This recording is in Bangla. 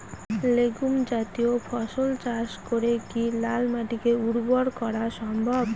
লেগুম জাতীয় ফসল চাষ করে কি লাল মাটিকে উর্বর করা সম্ভব?